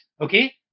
Okay